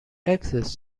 exist